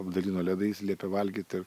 apdalino ledais liepė valgyt ir